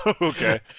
Okay